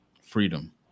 freedom